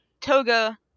Toga